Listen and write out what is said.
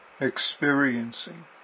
experiencing